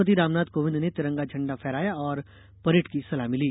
राष्ट्रपति रामनाथ कोविन्द ने तिरंगा झंडा फहराया और परेड की सलामी ली